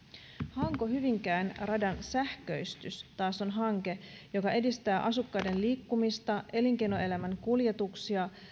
hanko hyvinkää radan sähköistys taas on hanke joka edistää asukkaiden liikkumista elinkeinoelämän kuljetuksia